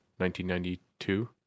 1992